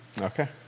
Okay